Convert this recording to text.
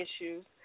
issues